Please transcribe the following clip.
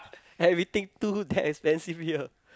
everything too damn expensive here